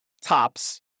tops